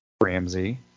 Ramsey